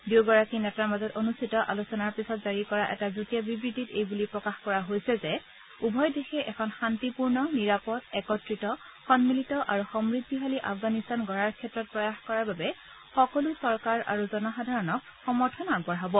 দুয়োগৰাকী নেতাৰ মাজত অনুষ্ঠিত আলোচনাৰ পাছত জাৰি কৰা এটা যুটীয়া বিবৃতিত এই বুলি প্ৰকাশ কৰা হৈছে যে উভয় দেশে এখন শান্তিপূৰ্ণ নিৰাপদ একত্ৰিত সন্মিলিত আৰু সমূদ্ধিশালী আফগানিস্তান গঢ়াৰ ক্ষেত্ৰত কৰা প্ৰয়াসৰ বাবে সকলো চৰকাৰ আৰু জনসাধাৰণক সমৰ্থন আগবঢ়াব